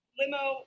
limo